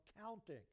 counting